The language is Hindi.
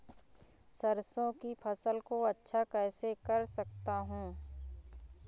सरसो की फसल को अच्छा कैसे कर सकता हूँ?